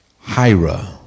Hira